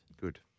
Good